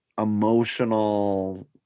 emotional